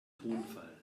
tonfall